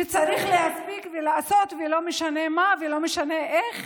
שצריך להספיק ולעשות, ולא משנה מה ולא משנה איך,